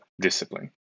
discipline